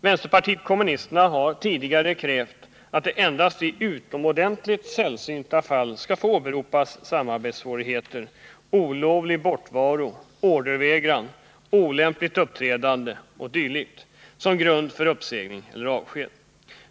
Vänsterpartiet kommunisterna har tidigare krävt att det endast i utomordentligt sällsynta fall skall få åberopas samarbetssvårigheter, olovlig bortovaro, ordervägran, olämpligt uppträdande o. d. som grund för uppsägning eller avsked.